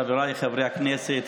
חבריי חברי הכנסת,